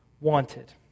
wanted